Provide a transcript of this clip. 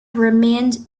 remained